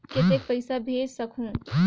कतेक पइसा भेज सकहुं?